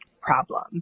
problem